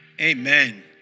Amen